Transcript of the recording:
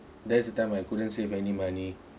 that's the time I couldn't save any money